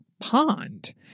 pond